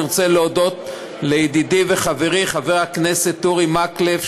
אני רוצה להודות לידידי וחברי חבר הכנסת אורי מקלב,